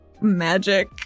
magic